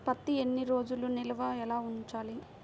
పత్తి ఎన్ని రోజులు ఎలా నిల్వ ఉంచాలి?